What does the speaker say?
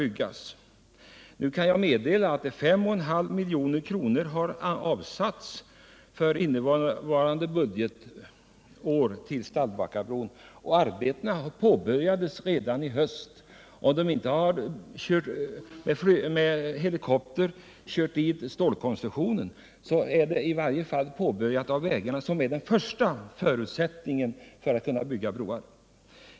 Jag kan meddela att 5,5 milj.kr. innevarande budgetår har avsatts till Stallbackabron. Arbetena påbörjades redan i höstas. Om man inte kört dit stålkonstruktionen med helikopter har man i varje fall påbörjat vägarna, vilket är den första förutsättningen för att kunna bygga bron.